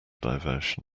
diversion